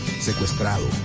secuestrado